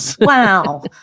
Wow